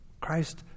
Christ